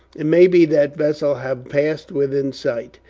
it may be that vessels have passed within sight,